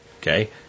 Okay